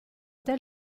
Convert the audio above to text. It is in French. tel